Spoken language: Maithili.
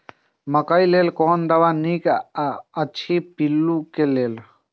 मकैय लेल कोन दवा निक अछि पिल्लू क लेल?